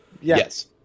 Yes